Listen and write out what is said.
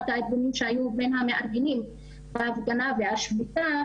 אחד הארגונים שהיו מבין המארגנים את ההפגנה והשביתה.